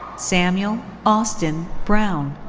samuel austin brown.